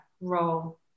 role